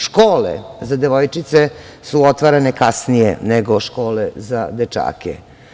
Škole za devojčice su otvarane kasnije nego škole za dečake.